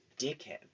dickhead